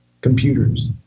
computers